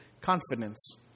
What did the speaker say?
confidence